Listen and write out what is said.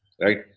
right